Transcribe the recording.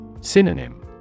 Synonym